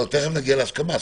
תיכף נגיע להסכמה.